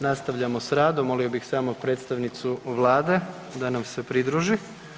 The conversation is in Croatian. Nastavljamo s radom, molio bih samo predstavnicu Vlade nam se pridruži.